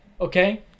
Okay